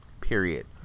period